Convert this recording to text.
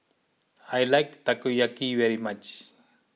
I like Takoyaki very much